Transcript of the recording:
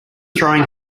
throwing